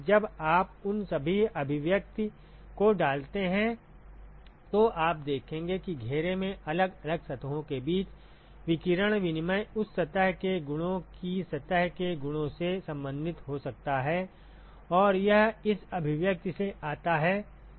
इसलिए जब आप उन सभी अभिव्यक्ति को डालते हैं तो आप देखेंगे कि घेरे में अलग अलग सतहों के बीच विकिरण विनिमय उस सतह के गुणों की सतह के गुणों से संबंधित हो सकता है और यह इस अभिव्यक्ति से आता है